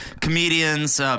comedians